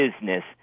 business